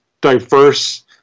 diverse